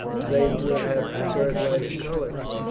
they would have preferred lighter colours.